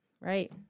Right